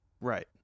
Right